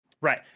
Right